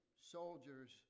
soldiers